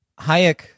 Hayek